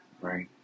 Right